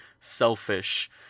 selfish